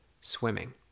swimming